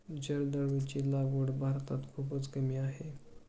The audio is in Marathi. जर्दाळूची लागवड भारतात खूपच कमी आहे